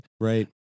Right